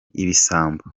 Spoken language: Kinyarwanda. ibisambo